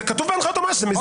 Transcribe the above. זה כתוב בהנחיות היועמ"ש.